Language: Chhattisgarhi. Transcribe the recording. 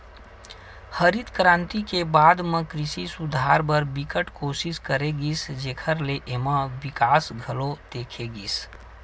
हरित करांति के बाद म कृषि सुधार बर बिकट कोसिस करे गिस जेखर ले एमा बिकास घलो देखे गिस